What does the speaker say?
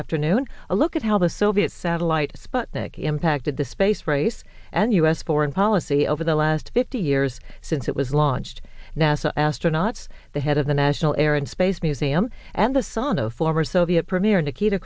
afternoon a look at how the soviet satellites but that he impacted the space race and u s foreign policy over the last fifty years since it was launched nasa astronaut the head of the national air and space museum and the son of former soviet premier nikita